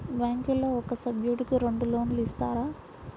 బ్యాంకులో ఒక సభ్యుడకు రెండు లోన్లు ఇస్తారా?